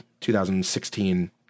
2016